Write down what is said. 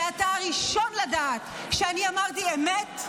ואתה הראשון לדעת שאני אמרתי אמת,